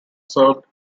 served